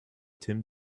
tim